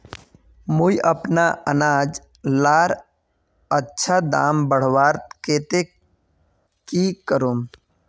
मुई अपना अनाज लार अच्छा दाम बढ़वार केते की करूम?